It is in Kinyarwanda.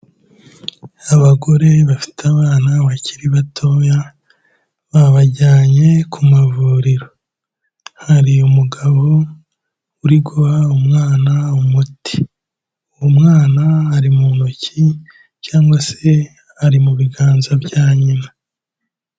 Abagore bafite abana bakiri batoya babajyanye ku mavuriro, hari umugabo uri guha umwana umuti uwo mwana ari mu ntoki cyangwa se ari mu biganza bya nyina.